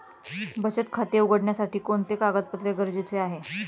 बचत खाते उघडण्यासाठी कोणते कागदपत्रे गरजेचे आहे?